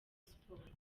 sports